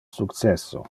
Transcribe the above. successo